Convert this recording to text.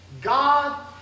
God